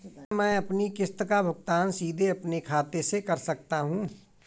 क्या मैं अपनी किश्त का भुगतान सीधे अपने खाते से कर सकता हूँ?